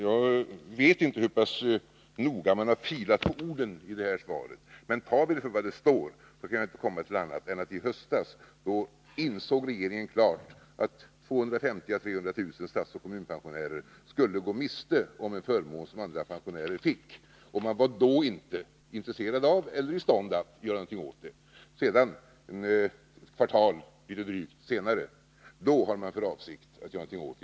Jag vet inte hur mycket man har filat på orden i svaret, men tar man det för vad där står kan man inte komma till annan slutsats än att regeringen i höstas klart insåg att 250 000-300 000 statsoch kommunpensionärer skulle gå miste om en förmån som andra pensionärer fick, och regeringen var då inte intresserad av eller i stånd att göra någonting åt det. Drygt ett kvartal senare har man för avsikt att göra någonting åt det.